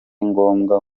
ngombwa